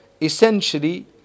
essentially